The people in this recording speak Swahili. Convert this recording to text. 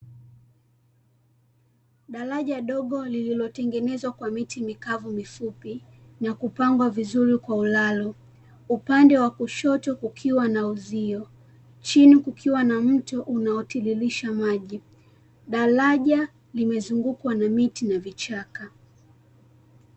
Daraja dogo lililotengenezwa kwa miti mikavu mifupi, na kupangwa vizuri kwa ulalo. Upande wa kushoto kukiwa na uzio, chini kukiwa na mto unaotiririsha maji. Daraja limezungukwa na miti na vichaka.